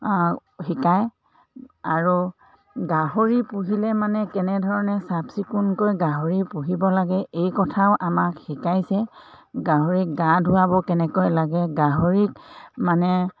শিকায় আৰু গাহৰি পুহিলে মানে কেনেধৰণে চাফ চিকুণকৈ গাহৰি পুহিব লাগে এই কথাও আমাক শিকাইছে গাহৰিক গা ধোৱাব কেনেকৈ লাগে গাহৰিক মানে